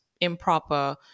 improper